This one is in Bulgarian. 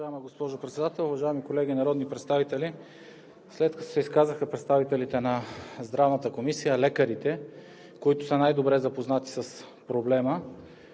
госпожо Председател, уважаеми колеги народни представители! След като се изказаха представителите на Здравната комисия, лекарите, които са най-добре запознати с проблема